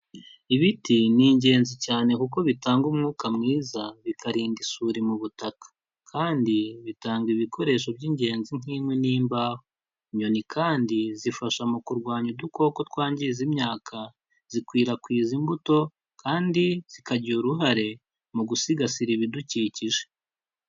Ibiti ni ingenzi cyane kuko bitanga umwuka mwiza bikarinda isuri mu butaka, kandi bitanga ibikoresho by'ingenzi nk'inkwi n'imbaho. Inyoni kandi zifasha mu kurwanya udukoko twangiza imyaka, zikwirakwiza imbuto, kandi zikagira uruhare mu gusigasira ibidukikije.